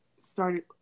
started